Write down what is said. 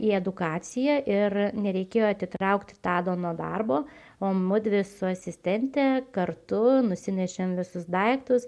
į edukacija ir nereikėjo atitraukti tado nuo darbo o mudvi su asistente kartu nusinešėm visus daiktus